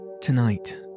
Tonight